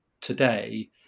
today